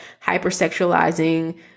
hypersexualizing